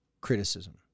criticism